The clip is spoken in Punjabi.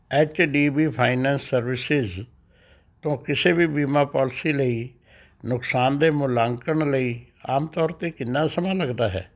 H D B finance services ਤੋਂ ਕਿਸੇ ਵੀ ਬੀਮਾ ਪਾਲਿਸੀ ਲਈ ਨੁਕਸਾਨ ਦੇ ਮੁਲਾਂਕਣ ਲਈ ਆਮ ਤੌਰ 'ਤੇ ਕਿੰਨਾ ਸਮਾਂ ਲੱਗਦਾ ਹੈ